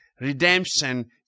Redemption